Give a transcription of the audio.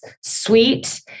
sweet